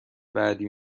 بعدی